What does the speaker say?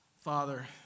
Father